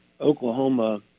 Oklahoma